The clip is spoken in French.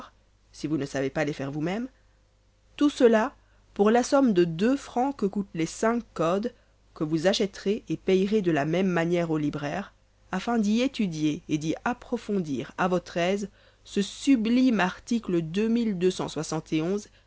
si vous ne savez pas les faire vous-mêmes tout cela pour la somme de fr que coûtent les cinq codes que vous achèterez et payerez de la même manière au libraire afin d'y étudier et d'y approfondir à votre aise ce sublime article